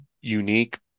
unique